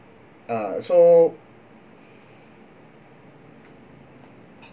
uh so